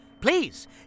please